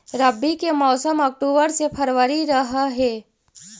रब्बी के मौसम अक्टूबर से फ़रवरी रह हे